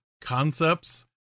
concepts